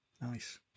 Nice